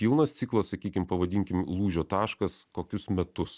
pilnas ciklas sakykim pavadinkim lūžio taškas kokius metus